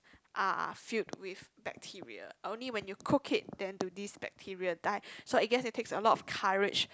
are filled with bacteria only when you cook it then do these bacteria die so I guess it takes a lot of courage